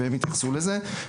והם יתייחסו לזה.